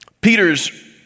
Peter's